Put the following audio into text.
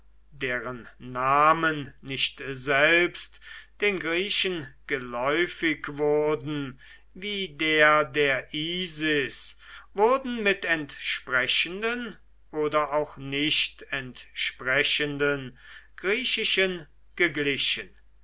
deren namen nicht selbst den griechen geläufig wurden wie der der isis wurden mit entsprechenden oder auch nicht entsprechenden griechischen geglichen